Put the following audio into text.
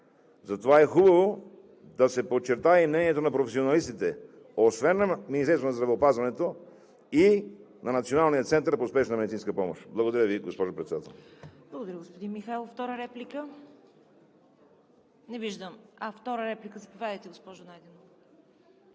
Затова е хубаво да се подчертае и мнението на професионалистите освен на Министерството на здравеопазването и на Националния център по спешна медицинска помощ. Благодаря Ви, госпожо Председател.